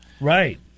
Right